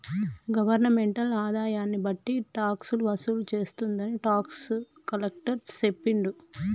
governmental ఆదాయన్ని బట్టి టాక్సులు వసూలు చేస్తుందని టాక్స్ కలెక్టర్ సెప్పిండు